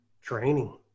Training